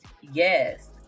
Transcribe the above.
yes